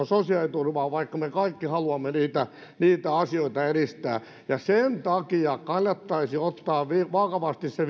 sosiaaliturvaan vaikka me kaikki haluamme niitä niitä asioita edistää ja sen takia kannattaisi ottaa vakavasti se